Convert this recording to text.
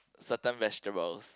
certain vegetables